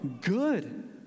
good